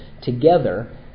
together